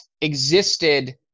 existed